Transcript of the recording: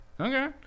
Okay